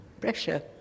pressure